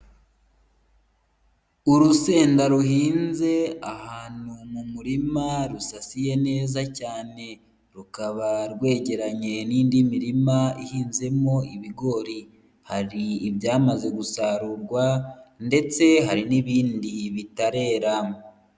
Urusenda ruhinze ahantu mu murima rusasiye neza cyane, rukaba rwegeranye n'indi mirima ihinzemo ibigori, hari ibyamaze gusarurwa ndetse hari n'ibindi bitarera.